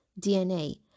DNA